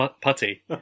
Putty